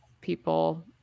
people